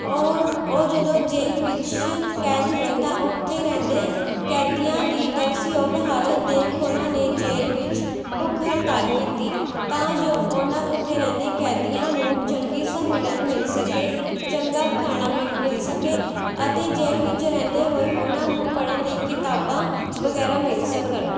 ਉਹ ਉਹ ਜਦੋਂ ਜੇਲ ਵਿੱਚ ਕੈਦ ਹੋਏ ਤਾਂ ਉੱਥੇ ਰਹਿੰਦੇ ਕੈਦੀਆਂ ਦੀ ਤਰਸ ਯੋਗ ਹਾਲਤ ਦੇਖ ਉਹਨਾਂ ਨੇ ਜੇਲ ਵਿੱਚ ਭੁੱਖ ਹੜਤਾਲ ਕੀਤੀ ਤਾਂ ਜੋ ਉਹਨਾਂ ਉੱਥੇ ਰਹਿੰਦੇ ਕੈਦੀਆਂ ਨੂੰ ਚੰਗੀ ਸਹੂਲਤ ਮਿਲ ਸਕੇ ਚੰਗਾ ਖਾਣਾ ਮਿਲ ਸਕੇ ਅਤੇ ਜੇਲ ਵਿੱਚ ਰਹਿੰਦੇ ਹੋਏ ਉਹਨਾਂ ਨੂੰ ਪੜ੍ਹਨ ਲਈ ਕਿਤਾਬਾਂ ਵਗੈਰਾ ਮਿਲ ਸਕਣ